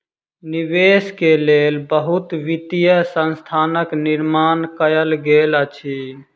निवेश के लेल बहुत वित्तीय संस्थानक निर्माण कयल गेल अछि